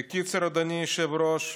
בקיצור, אדוני היושב-ראש,